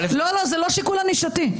לא, לא, זה לא שיקול ענישתי.